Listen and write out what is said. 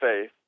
faith